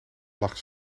lag